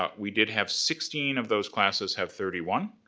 ah we did have sixteen of those classes have thirty one,